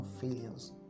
failures